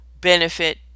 benefit